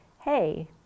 Hey